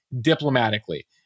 diplomatically